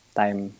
time